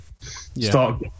start